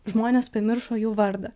žmonės pamiršo jų vardą